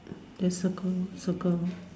then circle circle